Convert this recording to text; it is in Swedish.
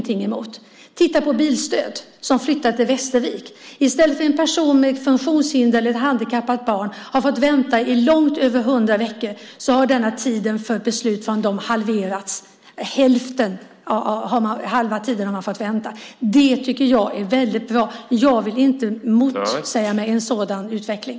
Titta på Bilstödsenheten som flyttat till Västervik. Tidigare har en person med funktionshinder eller en förälder till ett handikappat barn fått vänta i långt över 100 veckor, men nu har väntetiden på ett beslut halverats. Det tycker jag är väldigt bra. Jag vill inte motsätta mig en sådan utveckling.